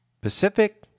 Pacific